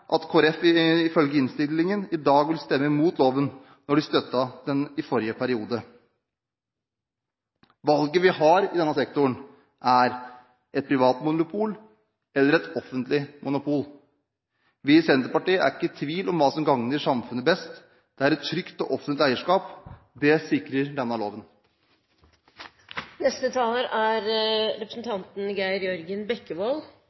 at Kristelig Folkeparti ifølge innstillingen i dag vil stemme imot loven, når de støttet den i forrige periode. Valget vi har i denne sektoren er et privat monopol eller et offentlig monopol. Vi i Senterpartiet er ikke i tvil om hva som gagner samfunnet best. Det er et trygt og offentlig eierskap. Det sikrer denne